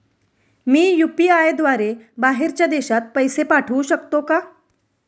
मी UPI द्वारे बाहेरच्या देशात पैसे पाठवू शकतो का?